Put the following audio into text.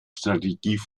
strategie